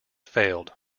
failed